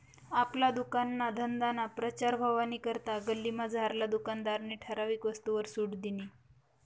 आपला दुकानना धंदाना प्रचार व्हवानी करता गल्लीमझारला दुकानदारनी ठराविक वस्तूसवर सुट दिनी